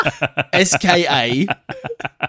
S-K-A